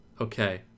okay